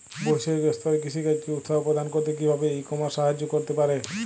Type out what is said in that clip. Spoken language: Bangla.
বৈষয়িক স্তরে কৃষিকাজকে উৎসাহ প্রদান করতে কিভাবে ই কমার্স সাহায্য করতে পারে?